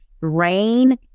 Rain